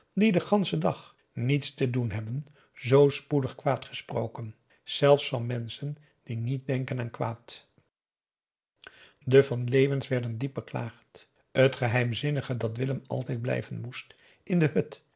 die den ganschen dag niets te doen hebben zoo spoedig kwaad gesproken zelfs van menschen die niet denken aan kwaad de van leeuwens werden diep beklaagd het geheimzinnige dat willem altijd blijven moest in de hut